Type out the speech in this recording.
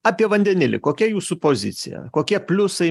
apie vandenilį kokia jūsų pozicija kokie pliusai